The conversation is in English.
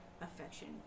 affection